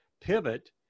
pivot